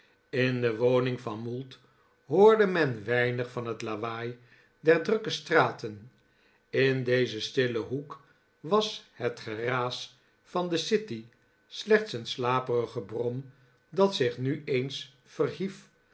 in de woning van mould hoorde men weinig van het lawaai der drukke straten in dezen stillen hoek was het geraas van de city slechts een slaperig gebrom dat zich nu eens verhief